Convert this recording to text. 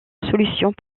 solutions